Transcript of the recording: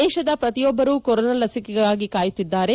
ದೇಶದ ಪ್ರತಿಯೊಬ್ಲರೂ ಕೊರೊನಾ ಲಸಿಕೆಗಾಗಿ ಕಾಯುತ್ತಿದ್ದಾರೆ